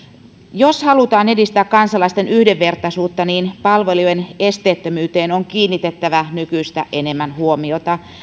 jos halutaan edistää kansalaisten yhdenvertaisuutta niin palvelujen esteettömyyteen on kiinnitettävä nykyistä enemmän huomiota